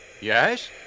Yes